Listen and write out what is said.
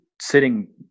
sitting